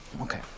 Okay